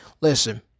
Listen